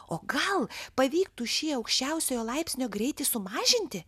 o gal pavyktų šį aukščiausiojo laipsnio greitį sumažinti